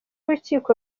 urukiko